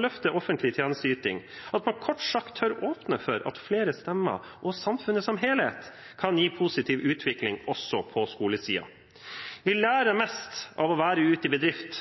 løfte offentlig tjenesteyting – at man kort sagt tør åpne for at flere stemmer, og samfunnet som helhet, kan gi positiv utvikling også på skolesiden. «Vi lærer mest av å være ute i bedrift»,